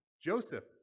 Joseph